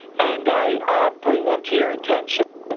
and i bring them to your attention. and